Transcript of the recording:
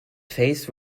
face